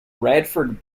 radford